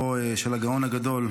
הדובר הראשון,